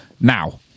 now